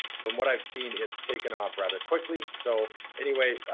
from what i've seen, it's taken off rather quickly. so anyway,